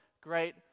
great